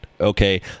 Okay